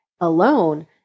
alone